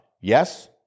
Yes